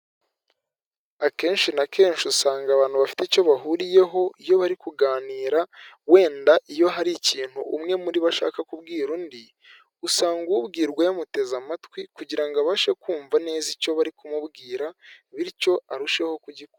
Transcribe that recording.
Akenshi na kenshi usanga abantu bafite icyo bahuriyeho iyo bari kuganira wenda iyo hari ikintu umwe muri bo ashaka kubwira undi, usanga ubwirwa yamuteze amatwi kugira ngo abashe kumva neza icyo bari kumubwira bityo arusheho kugikora.